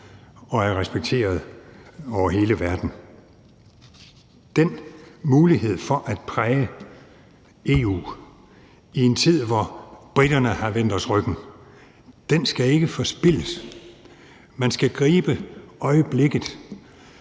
og er respekterede over hele verden. Den mulighed for at præge EU i en tid, hvor briterne har vendt os ryggen, skal ikke forspildes. Man skal gribe øjeblikket,